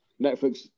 Netflix